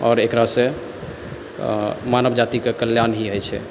आओर एकरासँ मानवजातिके कल्याण ही होइ छै